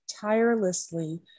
tirelessly